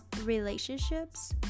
relationships